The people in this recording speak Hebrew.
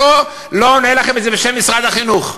אני לא עונה לכם את זה בשם משרד החינוך,